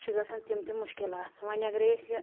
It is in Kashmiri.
چھِ گَژھان تِم تہِ مشکلات وۄنۍ اَگَرٔے اسہِ یہِ